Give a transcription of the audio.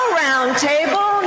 roundtable